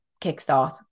kickstart